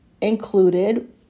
included